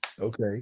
Okay